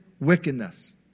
wickedness